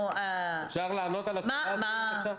אפשר לענות על השאלה הזאת בבקשה?